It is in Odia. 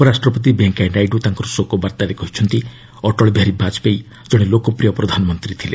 ଉପରାଷ୍ଟ୍ରପତି ଭେଙ୍କୟା ନାଇଡୁ ତାଙ୍କର ଶୋକ ବାର୍ତ୍ତାରେ କହିଛନ୍ତି ଅଟଳବିହାରୀ ବାଜପେୟୀ କଣେ ଲୋକପ୍ରିୟ ପ୍ରଧାନମନ୍ତ୍ରୀ ଥିଲେ